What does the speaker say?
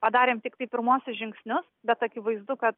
padarėm tiktai pirmuosius žingsnius bet akivaizdu kad